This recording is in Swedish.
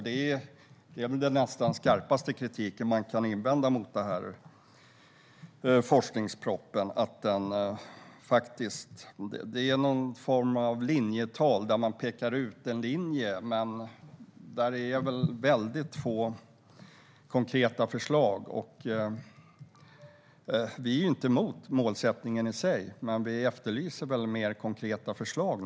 Det är den skarpaste kritiken som kan riktas mot forskningspropositionen, att den innehåller en form av linjetal där man pekar ut en linje, men det finns väldigt få konkreta förslag. Vi är inte emot målsättningen i sig, men vi efterlyser mer konkreta förslag.